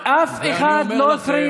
אינו נוכח אורי